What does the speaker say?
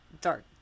dark